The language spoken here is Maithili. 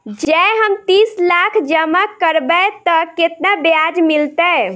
जँ हम तीस लाख जमा करबै तऽ केतना ब्याज मिलतै?